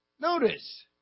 Notice